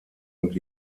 und